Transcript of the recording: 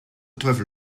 teufel